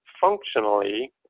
functionally